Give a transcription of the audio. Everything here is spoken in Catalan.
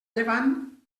llevant